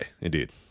Indeed